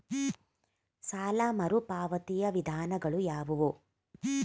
ಸಾಲ ಮರುಪಾವತಿಯ ವಿಧಾನಗಳು ಯಾವುವು?